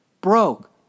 broke